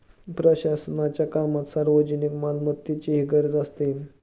प्रशासनाच्या कामात सार्वजनिक मालमत्तेचीही गरज असते